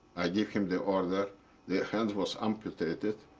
i give him the order, the the hand was amputated,